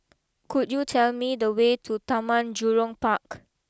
could you tell me the way to Taman Jurong Park